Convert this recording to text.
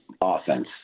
offense